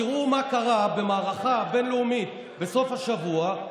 תראו מה קרה במערכה הבין-לאומית: בסוף השבוע,